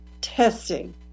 testing